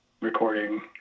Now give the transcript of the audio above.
recording